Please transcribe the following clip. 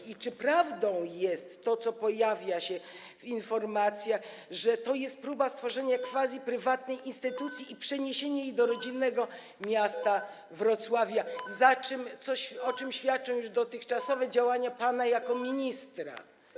I czy prawdą jest to, co pojawia się w informacjach, że to jest próba stworzenia quasi-prywatnej instytucji i przeniesienia jej do rodzinnego miasta Wrocławia, o czym świadczą już dotychczasowe działania pana jako ministra?